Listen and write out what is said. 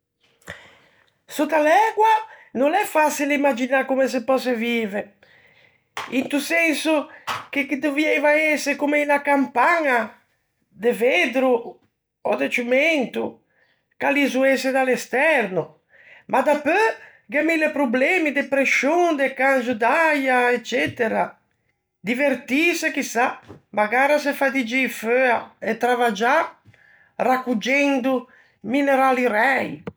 Sotta l'ægua no l'é façile imaginâ comme se pòsse vive, into senso che ghe dovieiva ëse comme unna campaña de veddro ò de ciumento, che a l'isoesse da l'esterno, ma dapeu gh'é mille problemi de prescion, de cangio d'äia ecetera. Divertîse, chissà, magara se fa di gii feua e travaggiâ, raccuggendo minerali ræi.